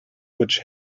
which